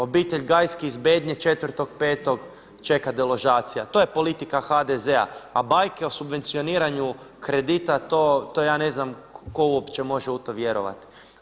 Obitelj Gajski iz Bednje 4.5. čeka deložacija, to je politika HDZ-a, a bajke o subvencioniranju kredita to ja ne znam tko uopće može u to vjerovati.